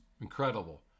Incredible